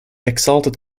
exalted